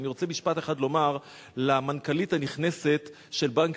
ואני רוצה לומר משפט אחד למנכ"לית הנכנסת של בנק